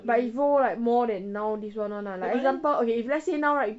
but if roll right more than now this one [one] lah for example if let's say now right